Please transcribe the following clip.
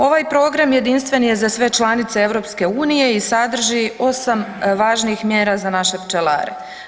Ovaj program jedinstven je za sve članice EU i sadrži 8 važnih mjera za naše pčelare.